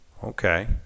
Okay